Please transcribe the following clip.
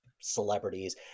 celebrities